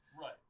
Right